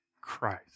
Christ